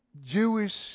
Jewish